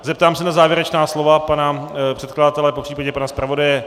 Zeptám se na závěrečná slova pana předkladatele, popř. pana zpravodaje.